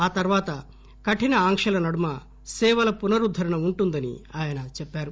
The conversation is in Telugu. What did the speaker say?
ఆ తర్వాత కఠిన ఆంక్షల నడుమ సేవల పునరుద్దరణ ఉంటుందని ఆయన చెప్పారు